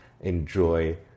enjoy